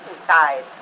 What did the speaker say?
inside